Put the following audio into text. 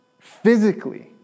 Physically